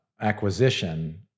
acquisition